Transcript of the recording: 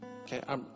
okay